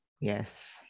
yes